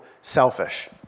selfish